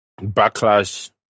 Backlash